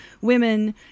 women